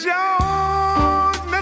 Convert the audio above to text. Jones